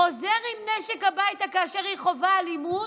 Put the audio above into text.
אדם חוזר עם נשק הביתה כאשר היא חווה אלימות,